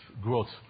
growth